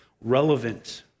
relevant